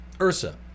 Ursa